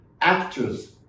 actors